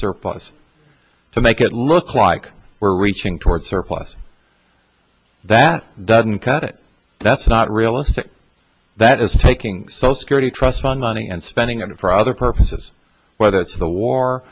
surplus to make it look like we're reaching toward surplus that doesn't cut it that's not realistic that is taking so security trust fund money and spending on it for other purposes whether it's the war